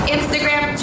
Instagram